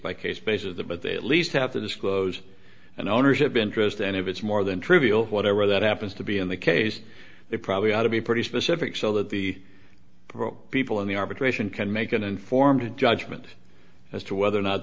by case basis that but they at least have to disclose an ownership interest and if it's more than trivial whatever that happens to be in the case they probably ought to be pretty specific so that the people in the arbitration can make an informed judgment as to whether or not